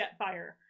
Jetfire